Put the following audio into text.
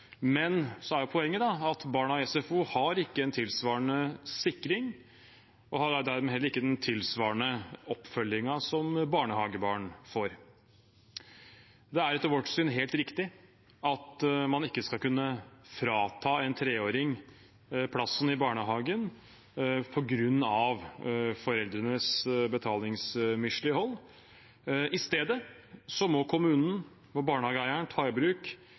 SFO ikke har en tilsvarende sikring, og de har dermed heller ikke en oppfølging tilsvarende den barnehagebarn får. Det er etter vårt syn helt riktig at man ikke skal kunne frata en treåring plassen i barnehagen på grunn av foreldrenes betalingsmislighold. I stedet må kommunen og barnehageeieren ta i bruk